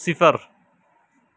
صفر